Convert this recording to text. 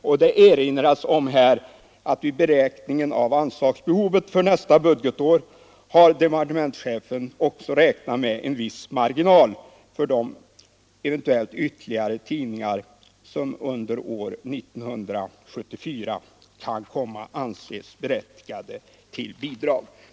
Utskottet erinrar också om att departementschefen vid beräkningen av anslagsbehovet för nästa budgetår har räknat med en viss marginal för de ytterligare tidningar som under år 1974 eventuellt kan anses berättigade till bidrag.